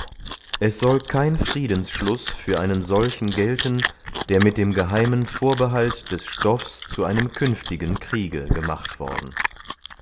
es soll kein friedensschluß für einen solchen gelten der mit dem geheimen vorbehalt des stoffs zu einem künftigen kriege gemacht worden